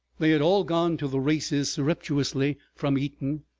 they had all gone to the races surreptitiously from eton,